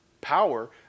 Power